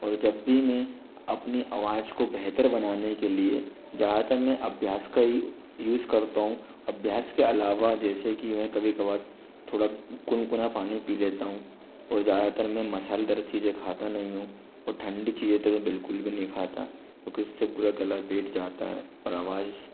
और जब भी मैं अपनी आवाज़ को बेहतर बनाने के लिए ज़्यादातर मैं अभ्यास का ही यूज़ करता हूँ अभ्यास के अलावा जैसे कि मैं कभी कभी थोड़ा गुनगुना पानी पी लेता हूँ और ज़्यादातर मैं मसालेदार चीज़ें खाता नहीं हूँ और ठंडी चीज़ें तो मैं बिल्कुल भी नहीं खाता क्योंकि इससे पूरा गला बैठ जाता है और आवाज़